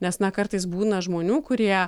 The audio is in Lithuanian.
nes na kartais būna žmonių kurie